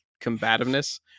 combativeness